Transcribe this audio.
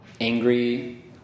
angry